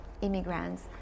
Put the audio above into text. immigrants